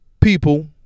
people